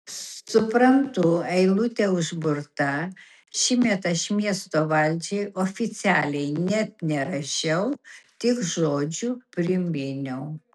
suprantu eilutė užburta šįmet aš miesto valdžiai oficialiai net nerašiau tik žodžiu priminiau